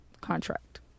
contract